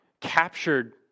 captured